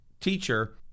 teacher